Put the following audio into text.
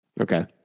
Okay